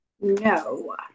No